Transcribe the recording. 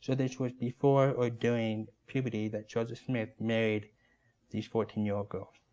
this was before or during puberty that joseph smith married these fourteen year old girls.